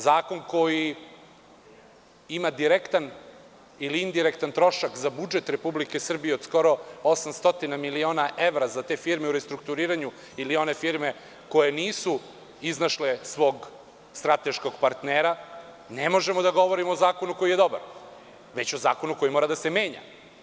Za zakon koji ima direktan ili indirektan trošak za budžet Republike Srbije od skoro 800 miliona evra za te firme u restrukturiranju ili one firme koje nisu iznašle svog strateškog partnera ne možemo da govorimo kao o zakonu koji je dobar, već o zakonu koji mora da se menja.